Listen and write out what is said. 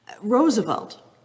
Roosevelt